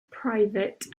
private